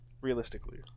Realistically